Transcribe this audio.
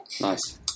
nice